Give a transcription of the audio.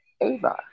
Ava